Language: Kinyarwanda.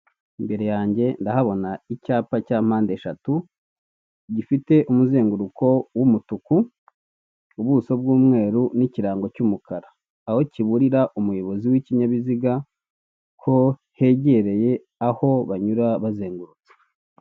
Umuntu ufite mikoro inyuma ye haritete irimo abantu, n'abayobozi ari kubwira abaturage bariri mu nama cyangwa bari mu biganiro umuntu ufite mikoro yambaye ijire afite icyo ashinzwe buriya arikugira ubutumwa cyangwa mesaje agenera ababo arikubwira.